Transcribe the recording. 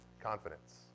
confidence